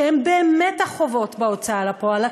שהם באמת החובות בהוצאה לפועל,